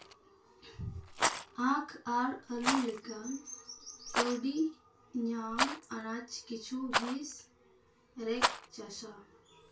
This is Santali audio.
ᱟᱸᱠ ᱟᱨ ᱟᱹᱞᱩ ᱞᱮᱠᱟᱱ ᱠᱟᱹᱣᱰᱤ ᱧᱟᱢ ᱟᱱᱟᱡᱽ ᱠᱤᱪᱷᱩ ᱦᱤᱸᱥ ᱨᱮᱠ ᱪᱟᱥᱟ